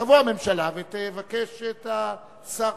תבוא הממשלה ותבקש את השר.